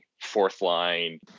fourth-line